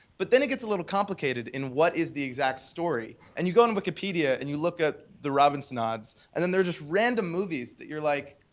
but then it gets a little complicated in what is the exact story. and you go on wikipedia, and you look at the robinsonades, and then they're just random movies that you're like,